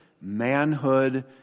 manhood